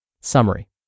Summary